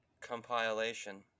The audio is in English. compilation